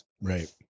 Right